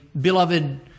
beloved